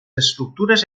estructures